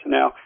Now